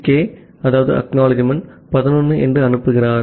K 11 என்று அனுப்புகிறார்